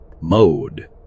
mode